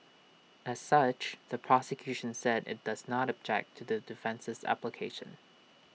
as such the prosecution said IT does not object to the defence's application